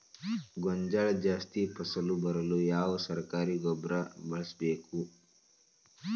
ಗೋಂಜಾಳ ಜಾಸ್ತಿ ಫಸಲು ಬರಲು ಯಾವ ಸರಕಾರಿ ಗೊಬ್ಬರ ಬಳಸಬೇಕು?